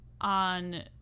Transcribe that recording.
on